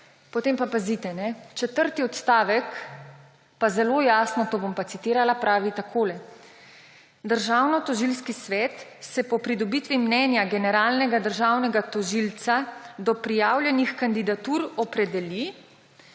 Potem pa pazite, četrti odstavek zelo jasno, to bom pa citirala, pravi takole: »Državnotožilski svet se po pridobitvi mnenja generalnega državnega tožilca do prijavljenih kandidatur opredeli